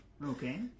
Okay